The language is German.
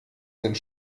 sind